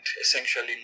essentially